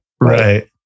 Right